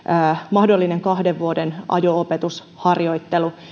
mahdollinen kahden vuoden ajo opetusharjoittelu